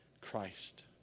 Christ